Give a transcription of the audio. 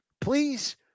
Please